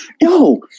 Yo